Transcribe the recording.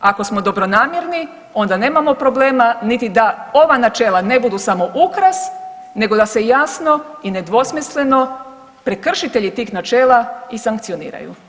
Ako smo dobronamjerni onda nemamo problema niti da ova načela ne budu samo ukras nego da se jasno i nedvosmisleno prekršitelji tih načela i sankcioniraju.